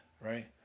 right